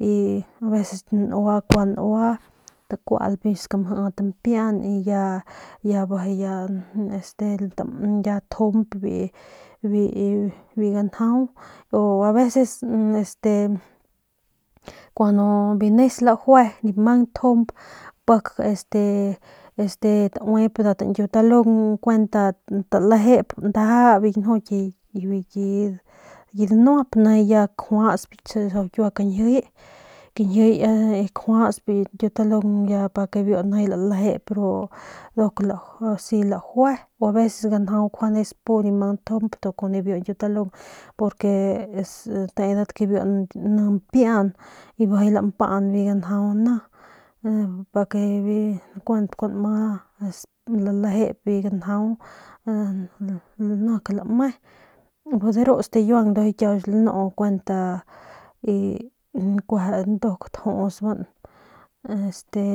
Y bu nua takualp skamjit mpian y ya bijiy ya este ya tjump biu ganjau o aveces este biu nes lajue nip mang ntjump este nda tñkiutalung talejep ndaja bi ki danuap ni ya kjuasp bi kiua kañjiy kañjiy kjuasp biu ñkiutalung ya biu lalejep ru nduk asi lajue o aveces ganjau nkjuande nip mang ntjump kun nibiu ñkiutalung porque es tedat ke biu ni mpian y bijiy lampan biu ganjau ni kuent kua nma lalejep biu ganjau nik lame de ru stikiuang de ru lanu kuent y kueje y nduk tajusban este